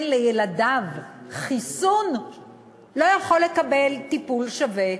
לילדיו חיסון לא יכול לקבל טיפול שווה,